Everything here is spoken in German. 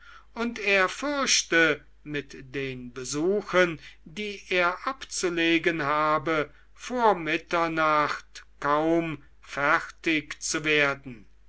und er fürchte mit den besuchen die er abzulegen habe vor mitternacht kaum fertig zu werden